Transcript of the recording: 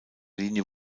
linie